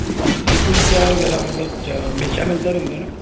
ਠੀਕ ਠੀਕ ਅਤੇ ਕੁਲਚਾ ਵਗੈਰਾ ਮਤਲਬ 'ਚ ਹਮੇਸ਼ਾਂ ਮਿਲਦਾ ਰਹਿੰਦਾ ਨਾ